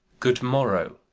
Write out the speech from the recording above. good morrow.